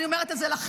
אני אומרת את זה לכם,